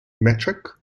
metric